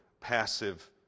passive